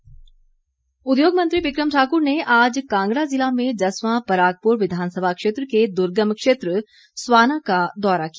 बिक्रम ठाकुर उद्योग मंत्री बिक्रम ठाक्र ने आज कांगड़ा जिला में जस्वा परागपुर विधानसभा क्षेत्र के द्गर्म क्षेत्र स्वाना का दौरा किया